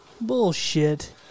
Bullshit